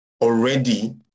already